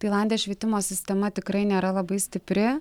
tailande švietimo sistema tikrai nėra labai stipri